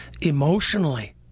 emotionally